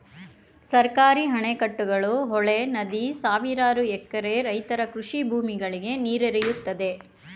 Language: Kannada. ಸರ್ಕಾರಿ ಅಣೆಕಟ್ಟುಗಳು, ಹೊಳೆ, ನದಿ ಸಾವಿರಾರು ಎಕರೆ ರೈತರ ಕೃಷಿ ಭೂಮಿಗಳಿಗೆ ನೀರೆರೆಯುತ್ತದೆ